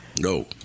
No